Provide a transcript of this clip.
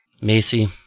Macy